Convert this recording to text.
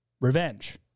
revenge